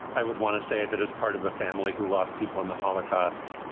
i would want to say that as part of a family who lost people in the holocaust.